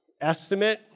estimate